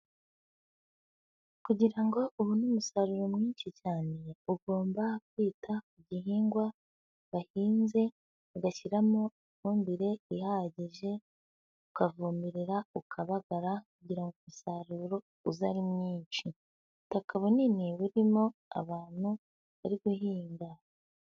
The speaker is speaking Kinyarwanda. Kugira ngo ubone umusaruro mwinshi cyane, ugomba kwita ku gihingwa wahinze, ugashyiramo ifumbire ihagije, ukavomerera, ukabagara, kugira ngo umusaruro uze ari mwinshi. Ubutaka bunini burimo abantu bari guhinga.